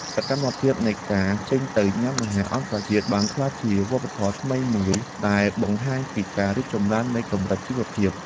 សកម្មភាពនៃការចេញទៅញ៉ាំអាហារអន្តរជាតិបានក្លាយជាវប្បធម៌ថ្មីមួយដែលបង្ហាញពីការរីកចម្រើននៃកម្រិតជីវភាព។